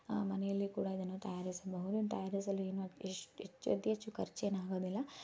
ಮನೆಯಲ್ಲಿ ಕೂಡ ಇದನ್ನು ತಯಾರಿಸಬಹುದು ತಯಾರಿಸಲು ಏನು ಹೆಚ್ಚು ಅತಿ ಹೆಚ್ಚು ಖರ್ಚೇನು ಆಗೋದಿಲ್ಲ